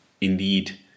Indeed